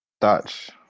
Dutch